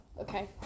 okay